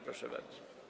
Proszę bardzo.